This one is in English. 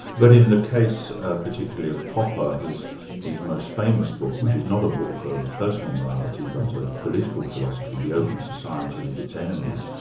but in the case particularly of popper, his his most famous book, which is not a book of personal morality but of political philosophy, the open society and its enemies,